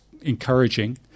encouraging